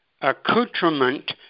accoutrement